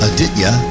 Aditya